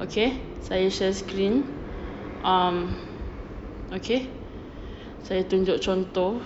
okay saya share screen um okay saya tunjuk contoh